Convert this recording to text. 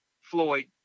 Floyd